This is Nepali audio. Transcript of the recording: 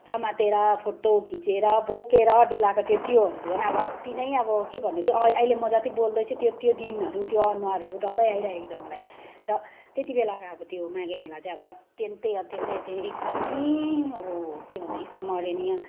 समातेर फोटो खिचेर बोकेर डुलाएको त्योहरू त झन अति नै अब के भन्नु त्यो अहिले म जति बोल्दैछु त्यो त्यो दिनहरू त्यो अनुहारहरू डल्लै आइरहेको छ मलाई र त्यतिबेलाको अब त्यो माघे मेला अब अत्यन्तै अत्यन्तै अत्यन्तै एकदमै अब के भन्नु स्मरणीय